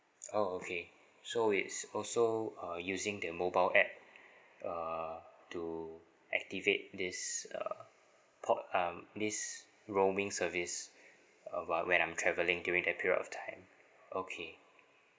oh okay so it's also uh using the mobile app uh to activate this uh pod um this roaming service uh while when I'm travelling during that period of time okay